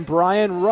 Brian